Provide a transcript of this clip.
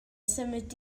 symud